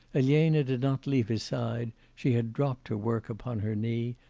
elena did not leave his side she had dropped her work upon her knee,